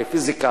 לפיזיקה,